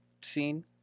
scene